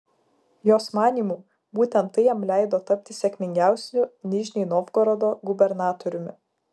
jos manymu būtent tai jam leido tapti sėkmingiausiu nižnij novgorodo gubernatoriumi